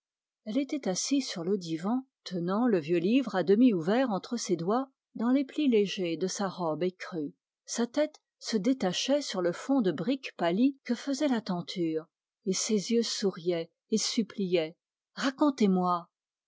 elle était assise sur le divan tenant le vieux livre à demi ouvert entre ses doigts dans les plis de sa robe écrue ses yeux souriaient et suppliaient racontez-moi